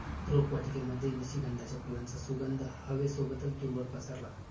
रोपवाटिकेमध्ये निशिगंधाच्या फुलांचा सुगंध हवे सोबतच दूरवर पसरला